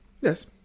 Yes